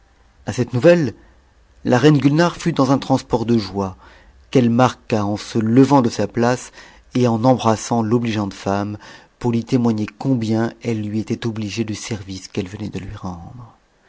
a cette nouvelle la reine gulnare fut dans un transport de joie qtt'etle marqua en se levant de sa place et en embrassant l'obligeante tcanhe pour lui témoigner combien elle lui était obligée du service ou'eite venait de lui rendre